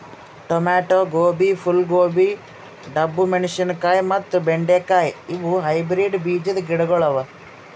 tomato, ಗೋಬಿ, ಫೂಲ್ ಗೋಬಿ, ಡಬ್ಬು ಮೆಣಶಿನಕಾಯಿ ಮತ್ತ ಬೆಂಡೆ ಕಾಯಿ ಇವು ಹೈಬ್ರಿಡ್ ಬೀಜದ್ ಗಿಡಗೊಳ್ ಅವಾ